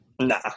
Nah